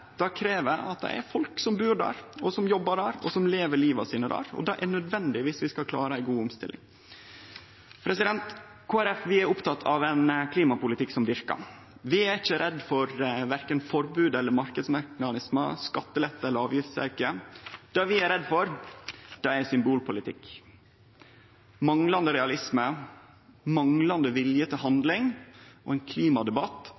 ressursane krev at det er folk som bur der, som jobbar der, som lever livet sitt der, og det er nødvendig dersom vi skal klare ei god omstilling. Kristeleg Folkeparti er oppteke av ein klimapolitikk som verkar. Vi er ikkje redde for verken forbod eller marknadsmekanismar, skattelette eller avgiftsauke. Det vi er redde for, er symbolpolitikk – manglande realisme, manglande vilje til handling og ein klimadebatt